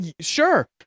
sure